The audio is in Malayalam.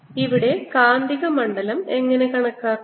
ഇവിടെ കാന്തിക മണ്ഡലം എങ്ങനെ കണക്കാക്കാം